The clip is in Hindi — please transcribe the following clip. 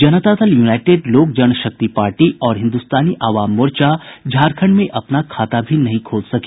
जनता दल युनाईटेड लोक जनशक्ति पार्टी और हिन्दुतानी अवाम मोर्चा झारखंड में अपना खाता भी नहीं खोल सकी